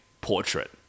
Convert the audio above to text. portrait